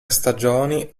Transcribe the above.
stagioni